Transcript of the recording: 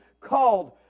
called